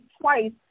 twice